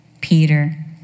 Peter